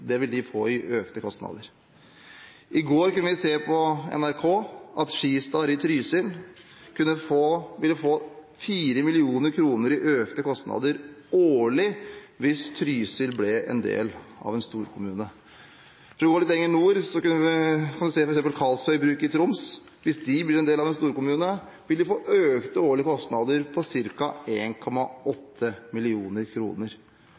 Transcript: det vil de få i økte kostnader. I går kunne vi se på NRK at Skistar i Trysil ville få 4 mill. kr i økte kostnader årlig hvis Trysil ble en del av en storkommune. Hvis man går litt lenger nord, kan man f.eks. se på Karlsøybruket i Troms. Hvis de blir en del av en storkommune, vil de få økte årlige kostnader på